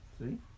see